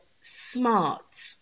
smart